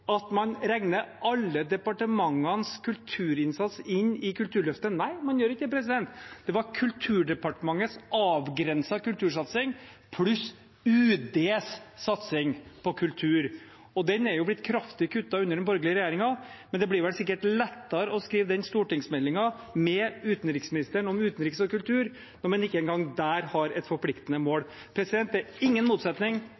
at man regner alle departementenes kulturinnsats inn i Kulturløftet. Nei, man gjør ikke det. Det var Kulturdepartementets avgrensede kultursatsing pluss UDs satsing på kultur. Den er blitt kraftig kuttet under den borgerlige regjeringen, men det blir vel sikkert lettere å skrive den stortingsmeldingen med utenriksministeren, om utenriks og kultur, når man ikke engang der har et forpliktende